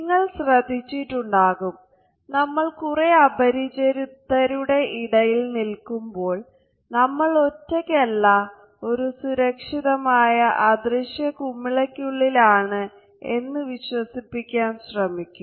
നിങ്ങൾ ശ്രദ്ധിച്ചിട്ടുണ്ടാകും നമ്മൾ കുറെ അപരിചിതരുടെ ഇടയിൽ നിൽക്കുമ്പോൾ നമ്മൾ ഒറ്റക്കല്ല ഒരു സുരക്ഷിതമായ അദൃശ്യ കുമിളക്കുള്ളിലാണ് എന്ന് വിശ്വസിപ്പിക്കാൻ ശ്രമിക്കും